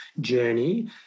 journey